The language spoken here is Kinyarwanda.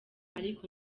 ariko